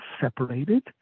separated